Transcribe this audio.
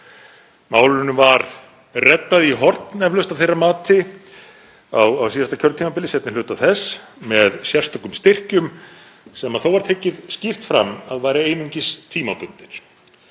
Málinu var reddað í horn eflaust að þeirra mati á síðasta kjörtímabili, seinni hluta þess, með sérstökum styrkjum sem þó var tekið skýrt fram að væru einungis tímabundnir.